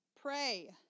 Pray